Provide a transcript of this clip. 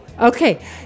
Okay